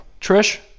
Trish